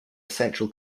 essential